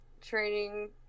Training